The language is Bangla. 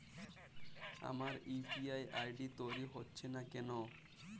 আমার ইউ.পি.আই আই.ডি তৈরি হচ্ছে না কেনো?